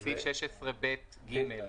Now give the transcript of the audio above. בסעיף 16ב(ג).